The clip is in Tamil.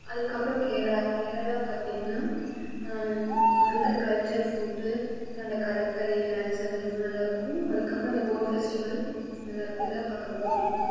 அதுக்கப்புறம் கேரளா கேரளா பார்த்திங்ன்னா அங்கே இருக்கிற கல்ச்சர் ஃபுட் அப்புறம் அந்த கதகளி டான்ஸ் அது ரொம்ப நல்லாயிருக்கும் அதுக்கப்புறம் அந்த போட் பெஸ்டிவல் நல்லாருக்கும் இதெல்லாம் பாக்க ரொம்ப புடிக்கும்